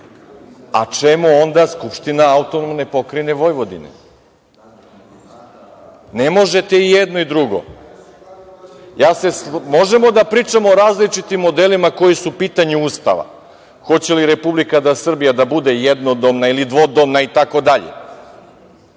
a čemu onda Skupština AP Vojvodine? Ne možete i jedno i drugo. Možemo da pričamo o različitim modelima koji su pitanje Ustava, hoće li Republika Srbija da bude jednodomna, dvodomna itd.